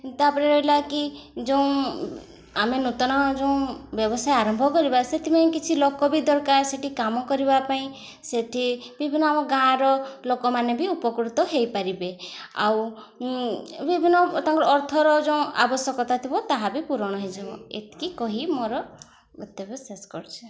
ତା'ପରେ ରହିଲା କି ଯେଉଁ ଆମେ ନୂତନ ଯୋଉ ବ୍ୟବସାୟ ଆରମ୍ଭ କରିବା ସେଥିପାଇଁ କିଛି ଲୋକ ବି ଦରକାର ସେଠି କାମ କରିବା ପାଇଁ ସେଠି ବିଭିନ୍ନ ଆମ ଗାଁ'ର ଲୋକମାନେ ବି ଉପକୃତ ହେଇପାରିବେ ଆଉ ବିଭିନ୍ନ ତାଙ୍କର ଅର୍ଥର ଯୋଉ ଆବଶ୍ୟକତା ଥିବ ତାହା ବି ପୂରଣ ହେଇଯିବ ଏତିକି କହି ମୋର ବକ୍ତବ୍ୟ ଶେଷ କରୁଛି